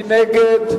מי נגד?